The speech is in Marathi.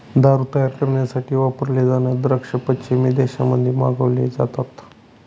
दारू तयार करण्यासाठी वापरले जाणारे द्राक्ष पश्चिमी देशांमध्ये मागवले जातात